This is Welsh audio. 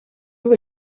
oedd